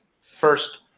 first